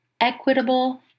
equitable